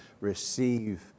receive